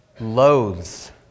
loathes